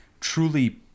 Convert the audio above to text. truly